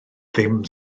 ddim